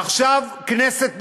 עכשיו, כנסת נכבדה,